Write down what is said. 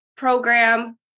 program